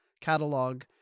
catalog